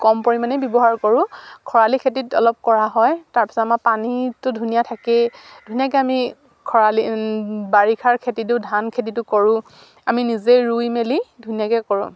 কম পৰিমাণে ব্যৱহাৰ কৰোঁ খৰালি খেতিত অলপ কৰা হয় তাৰপিছত আমাৰ পানীটো ধুনীয়া থাকেই ধুনীয়াকে আমি খৰালি বাৰিষাৰ খেতিটো ধান খেতিটো কৰোঁ আমি নিজে ৰুই মেলি ধুনীয়াকে কৰোঁ